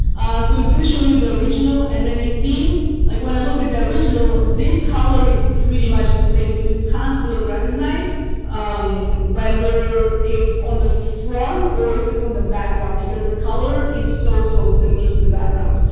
so it's going to show you the original and then you see like when i look at the original, this color is pretty much the same. so it can't really recognize um whether it's on the front or if it's on the background because the color is so so similar to the background.